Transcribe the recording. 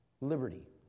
Liberty